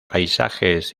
paisajes